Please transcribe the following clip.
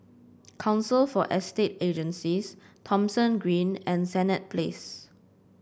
Council for Estate Agencies Thomson Green and Senett Place